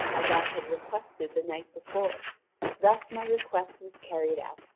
as i had requested the night before thus my request was carried out.